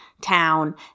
town